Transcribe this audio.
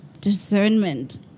discernment